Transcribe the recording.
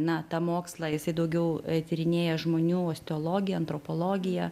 na tą mokslą jisai daugiau tyrinėja žmonių teologiją antropologiją